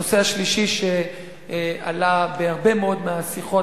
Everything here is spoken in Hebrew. הנושא השלישי שעלה בהרבה מאוד מהשיחות